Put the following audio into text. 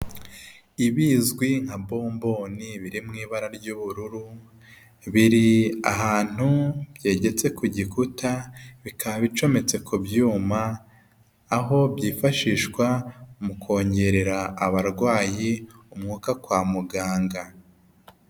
Ibizwi nka bomboni, biri mu ibara ry'ubururu, biri ahantu byegetse ku gikuta, bikaba bicometse ku byuma, aho byifashishwa mu kongerera abarwayi umwuka kwa muganga.